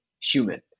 human